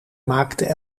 maakte